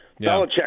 Belichick